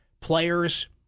Players